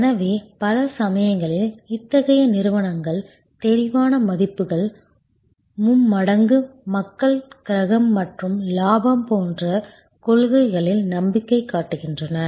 எனவே பல சமயங்களில் இத்தகைய நிறுவனங்கள் தெளிவான மதிப்புகள் மும்மடங்கு மக்கள் கிரகம் மற்றும் லாபம் போன்ற கொள்கைகளில் நம்பிக்கை காட்டுகின்றன